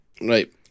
Right